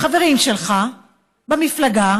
החברים שלך במפלגה,